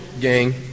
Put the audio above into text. gang